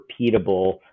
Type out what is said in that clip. repeatable